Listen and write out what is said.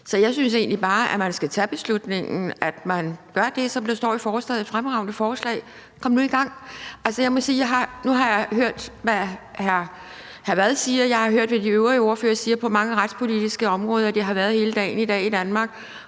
Så jeg synes egentlig bare, at man skal tage den beslutning, at man gør det, der står i forslaget – et fremragende forslag. Kom nu i gang! Jeg må sige, at nu har jeg hørt, hvad hr. Frederik Vad siger, og jeg har hele dagen i dag hørt, hvad de øvrige ordførere siger på mange retspolitiske områder i Danmark, og det, jeg oplever,